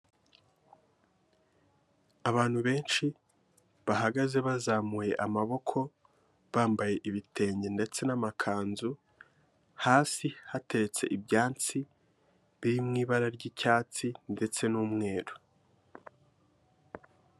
Abantu benshi bahagaze bazamuye amaboko, bambaye ibitenge ndetse n'amakanzu, hasi hateretse ibyansi biri mu ibara ry'icyatsi ndetse n'umweru.